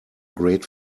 great